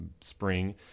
spring